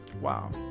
Wow